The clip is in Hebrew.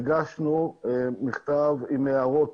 הגשנו מכתב עם הערות.